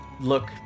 look